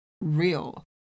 real